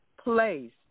place